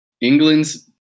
England's